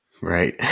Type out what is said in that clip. Right